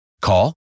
Call